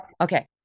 Okay